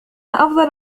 أفضل